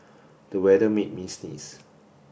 the weather made me sneeze